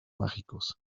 mágicos